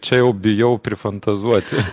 čia jau bijau prifantazuoti